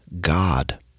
God